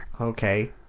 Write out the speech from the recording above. Okay